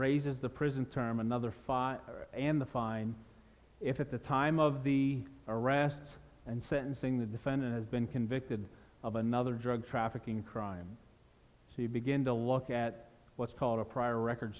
raises the prison term another five and the fine if at the time of the arrest and sentencing the defendant has been convicted of another drug trafficking crime so you begin to look at what's called a prior record